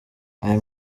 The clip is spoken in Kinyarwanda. ayo